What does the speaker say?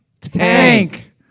Tank